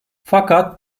fakat